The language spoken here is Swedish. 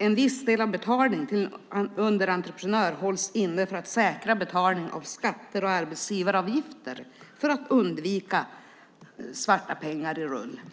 en viss del av betalningen till underentreprenör hålls inne för att säkra betalning av skatter och arbetsgivaravgifter för att undvika svarta pengar i rullning.